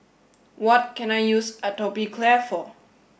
what can I use Atopiclair for